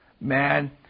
Man